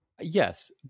Yes